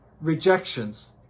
rejections